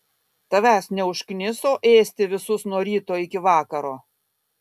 tavęs neužkniso ėsti visus nuo ryto iki vakaro